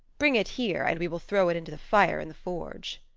bring it here, and we will throw it into the fire in the forge.